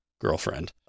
girlfriend